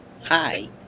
Hi